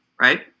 right